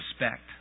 respect